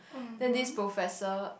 then this professor